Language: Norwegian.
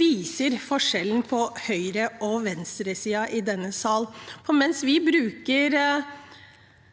viser forskjellen på høyre- og venstresiden i denne sal,